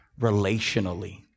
relationally